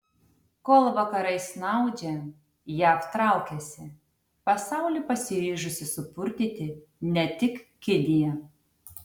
kol vakarai snaudžia jav traukiasi pasaulį pasiryžusi supurtyti ne tik kinija